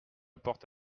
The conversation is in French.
porte